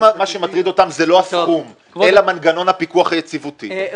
אם מה שמטריד אותם זה לא הסכום אלא מנגנון הפיקוח היציבותי,